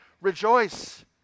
Rejoice